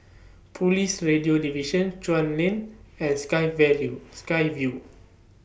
Police Radio Division Chuan Lane and Sky View Sky Vue